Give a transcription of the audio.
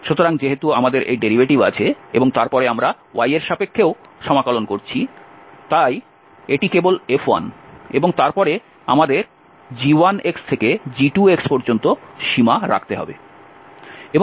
সুতরাং যেহেতু আমাদের এই ডেরিভেটিভ আছে এবং তারপরে আমরা y এর সাপেক্ষেও সমাকলন করছি তাই এটি কেবল F1 এবং তারপরে আমাদের g1 থেকে g2 পর্যন্ত সীমা রাখতে হবে